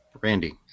randy